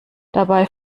dabei